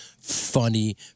funny